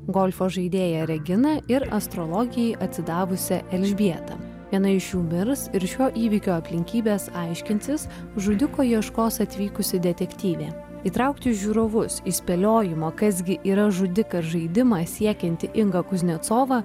golfo žaidėją reginą ir astrologijai atsidavusią elžbietą viena iš jų mirs ir šio įvykio aplinkybes aiškinsis žudiko ieškos atvykusi detektyvė įtraukti žiūrovus į spėliojimo kas gi yra žudikas žaidimą siekianti inga kuznecova